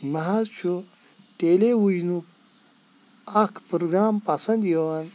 مے حظ چھُ ٹیٛلی وِجنُک اَکھ پروٗگرام پَسنٛد یِوان